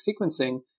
sequencing